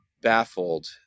baffled